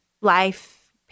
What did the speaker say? life